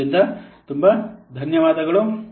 ಆದ್ದರಿಂದ ತುಂಬಾ ಧನ್ಯವಾದಗಳು